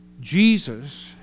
Jesus